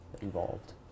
involved